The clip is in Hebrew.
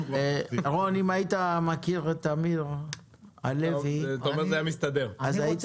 אם היית מכיר את אמיר הלוי אז היית יודע,